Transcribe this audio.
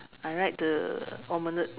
I like the omelette